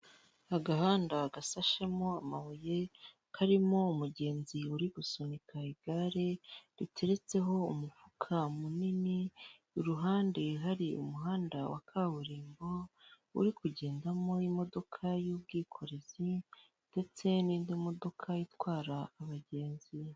Agahanda gasashemo amabuye karimo umugenzi uri gusunika igare riteretseho umufuka munini, iruhande hari umuhanda wa kaburimbo uri kugendamo imodoka y'ubwikorezi ndetse n'indi modoka itwara abagenzi.